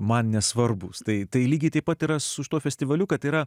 man nesvarbūs tai lygiai taip pat yra su šituo festivaliu kad yra